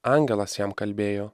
angelas jam kalbėjo